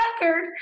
record